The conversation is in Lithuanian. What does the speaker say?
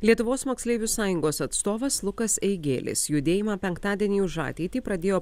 lietuvos moksleivių sąjungos atstovas lukas eigėlis judėjimą penktadienį už ateitį pradėjo